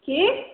की